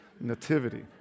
nativity